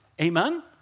Amen